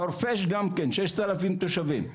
חורפיש גם כן, ששת אלפים תושבים,